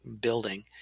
building